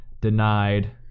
denied